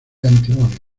antimonio